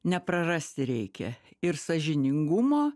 neprarasti reikia ir sąžiningumo